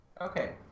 Okay